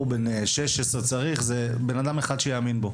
בן 16 צריך זה בן אדם אחד שיאמין בו.